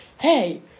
Hey